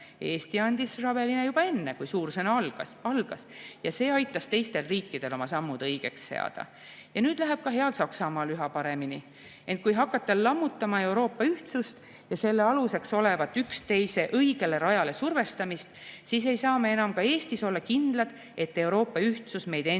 Eesti andis Javeline juba enne, kui suur sõda algas, ja see aitas teistel riikidel oma sammud õigeks seada. Ja nüüd läheb ka heal Saksamaal ka üha paremini. Ent kui hakata lammutama Euroopa ühtsust ja selle aluseks olevat üksteise õigele rajale survestamist, siis ei saa me ka Eestis enam olla kindlad, et Euroopa ühtsus meid endid